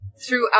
throughout